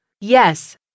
Yes